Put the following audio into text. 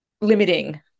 limiting